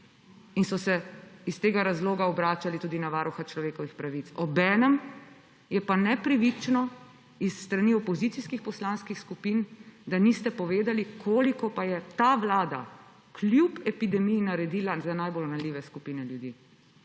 in so se iz tega razloga obračali tudi na Varuha človekovih pravic. Obenem je pa nepravično s strani opozicijskih poslanskih skupin, da niste povedali, koliko pa je ta vlada kljub epidemiji naredila za najbolj ranljive skupine ljudi.